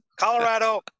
Colorado